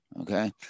okay